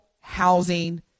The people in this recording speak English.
housing